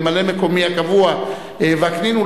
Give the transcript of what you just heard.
ממלא-מקומי הקבוע וקנין,